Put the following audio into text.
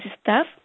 staff